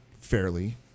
fairly